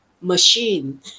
machine